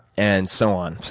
and so on.